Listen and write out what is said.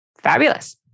Fabulous